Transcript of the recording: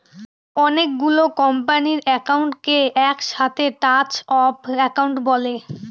অনেকগুলো কোম্পানির একাউন্টকে এক সাথে চার্ট অফ একাউন্ট বলে